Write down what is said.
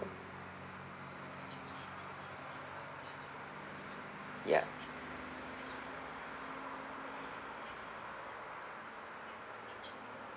yup